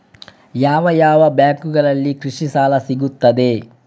ಯಾವ ಯಾವ ಬ್ಯಾಂಕಿನಲ್ಲಿ ಕೃಷಿ ಸಾಲ ಸಿಗುತ್ತದೆ?